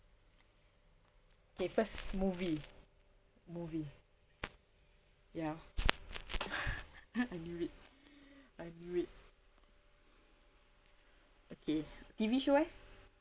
okay first movie movie ya I knew it I know it okay T_V show eh